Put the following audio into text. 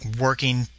working